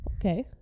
Okay